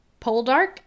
Poldark